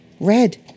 Red